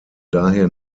daher